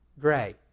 gray